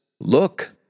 Look